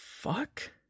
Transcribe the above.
fuck